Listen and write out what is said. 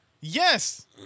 Yes